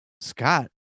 Scott